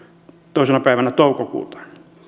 toisena päivänä toukokuuta